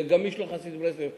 וגם למי שלא חסיד ברסלב,